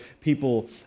people